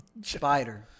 spider